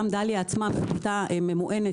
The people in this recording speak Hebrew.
גם דליה עצמה הייתה ממוענת